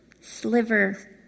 sliver